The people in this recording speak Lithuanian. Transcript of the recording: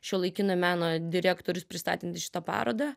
šiuolaikinio meno direktorius pristatantis šitą parodą